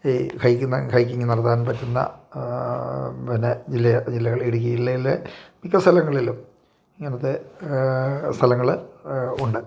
ഈ ഹൈക്കുന്ന ഹൈക്കിങ്ങ് നടത്താൻ പറ്റുന്ന പിന്നെ ജില്ല ജില്ലകൾ ഇടുകി ജില്ലയിലെ മിക്ക സ്ഥലങ്ങളിലും ഇങ്ങനത്തെ സ്ഥലങ്ങൾ ഉണ്ട്